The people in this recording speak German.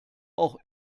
auch